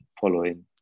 following